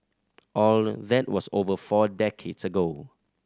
all that was over four decades ago